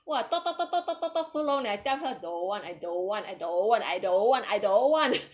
!wah! talk talk talk talk talk talk so long and then I tell her don't want I don't want I don't want I don't want I don't want